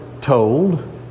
told